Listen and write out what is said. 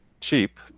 cheap